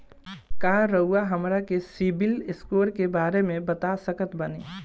का रउआ हमरा के सिबिल स्कोर के बारे में बता सकत बानी?